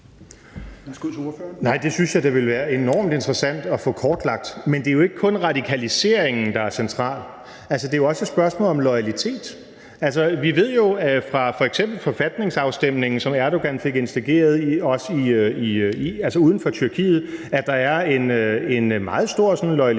men det synes jeg da ville være enormt interessant at få kortlagt. Men det er jo ikke kun radikaliseringen, der er central. Altså, det er jo også et spørgsmål om loyalitet. Vi ved f.eks. fra forfatningsafstemningen, som Erdogan fik instigeret også uden for Tyrkiet, at der er en meget stor loyalitet